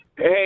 Hey